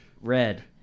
red